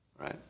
right